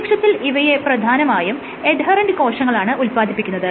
പ്രത്യക്ഷത്തിൽ ഇവയെ പ്രധാനമായും എഡ്ഹെറെന്റ് കോശങ്ങളാണ് ഉത്പാദിപ്പിക്കുന്നത്